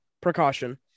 precaution